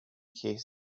cases